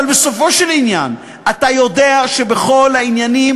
אבל בסופו של עניין אתה יודע שכל העניינים